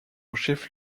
chef